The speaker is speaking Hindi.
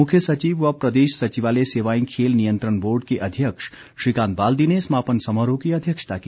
मुख्य सचिव व प्रदेश सचिवालय सेवाएं खेल नियंत्रण बोर्ड के अध्यक्ष श्रीकांत बाल्दी ने समापन समारोह की अध्यक्षता की